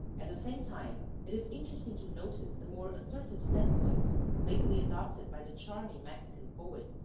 at the same time it is interesting to notice the more assertive standpoint lately adopted by the charming mexican poet,